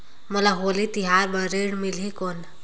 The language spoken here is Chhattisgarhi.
मोला होली तिहार बार ऋण मिलही कौन?